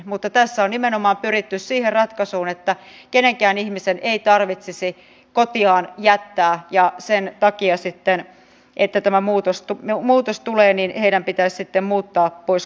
mutta tässä on nimenomaan pyritty siihen ratkaisuun että kenenkään ihmisen ei tarvitsisi kotiaan jättää ja sen takia että tämä muutos tulee heidän pitäisi sitten muuttaa pois kotoa